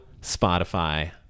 Spotify